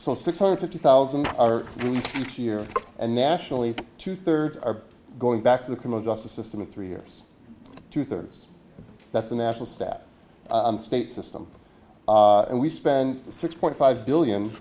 so six hundred fifty thousand are here and nationally two thirds are going back to the criminal justice system in three years two thirds that's a national stat state system and we spend six point five billion